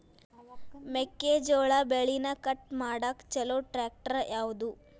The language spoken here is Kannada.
ಮೆಕ್ಕೆ ಜೋಳ ಬೆಳಿನ ಕಟ್ ಮಾಡಾಕ್ ಛಲೋ ಟ್ರ್ಯಾಕ್ಟರ್ ಯಾವ್ದು?